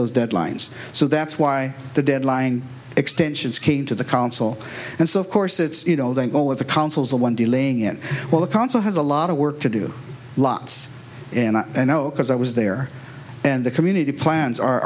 those deadlines so that's why the deadline extensions came to the council and so of course it's you know that all of the council is the one delaying it while the council has a lot of work to do lots and i know because i was there and the community plans are